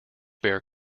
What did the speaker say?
bear